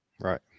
right